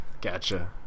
Gotcha